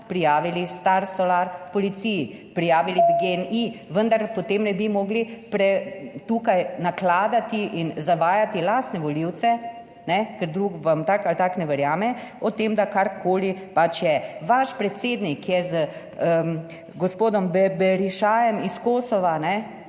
prijavili Star Solar policiji, prijavili bi Gen I, vendar potem ne bi mogli tukaj nakladati in zavajati lastne volivce, ne, ker drug vam tako ali tako ne verjame o tem, da karkoli pač je. Vaš predsednik je z gospodom Berišajem iz Kosova, ne.